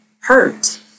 hurt